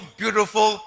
beautiful